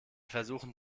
versuchen